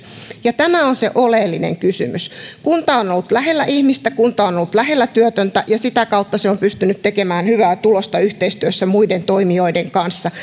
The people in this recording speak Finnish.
tämä on se oleellinen kysymys kunta on ollut lähellä ihmistä kunta on ollut lähellä työtöntä ja sitä kautta se on pystynyt tekemään hyvää tulosta yhteistyössä muiden toimijoiden kanssa